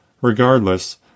Regardless